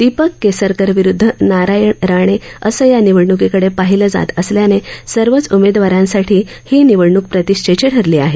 दीपक केसरकर विरुद्ध नारायण राणे असं या निवडण्कीकडे पाहिलं जात असल्यानं सर्वच उमेदवारांसाठी ही निवडणूक प्रतिष्ठेची ठरली आहे